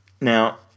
Now